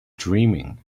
dreaming